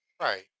Right